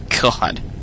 God